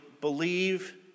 believe